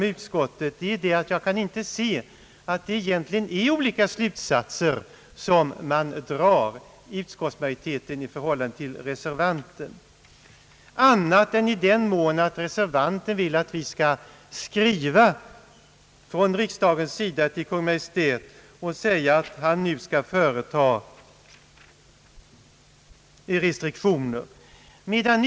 Men anledningen till att jag röstar med utskottet är att jag inte kan se att utskottsmajoriteten och <reservanten egentligen drar olika slutsatser, annat än i den mån att reservanten vill att riksdagen skall skriva till Kungl. Maj:t för att få restriktioner införda.